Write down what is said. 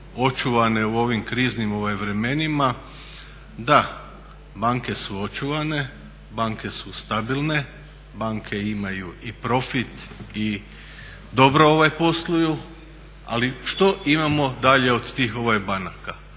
očuvane u ovim kriznim vremenima. Da, banke su očuvane, banke su stabilne, banke imaju i profit i dobro posluju, ali što imamo dalje od tih banaka.